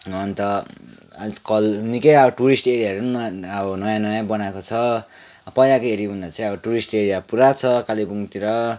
अन्त आजकल निकै अब टुरिस्ट एरियाहरू पनि अब नयाँ नयाँ बनाएको छ पहिलाको हेऱ्यो भने चाहिँ अब टुरिस्ट एरियाहरू पुरा छ कालेबुङतिर